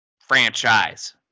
Franchise